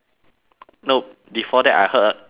nope before that I heard a